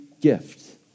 gift